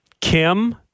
Kim